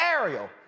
Ariel